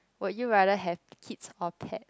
would you rather have kids or pet